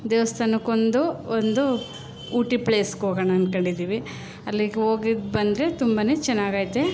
ದೇವಸ್ಥಾನಕ್ಕೊಂದು ಒಂದು ಊಟಿ ಪ್ಲೇಸ್ಗೆ ಹೋಗೋಣ ಅಂದ್ಕೊಂಡಿದ್ದೀವಿ ಅಲ್ಲಿಗೋಗಿದ್ದು ಬಂದರೆ ತುಂಬನೇ ಚೆನ್ನಾಗೈತೆ